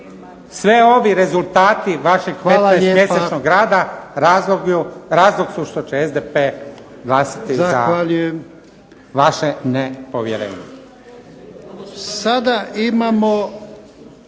Svi ovi rezultati vašeg 15 mjesečnog rada razlog su što će SDP glasati za vaše nepovjerenje.